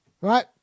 Right